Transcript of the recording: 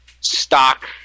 stock